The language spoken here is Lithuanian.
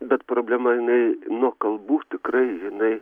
bet problema jinai nuo kalbų tikrai jinai